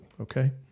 okay